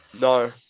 No